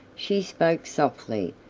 she spoke softly,